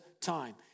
time